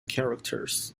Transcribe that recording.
characters